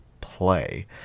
play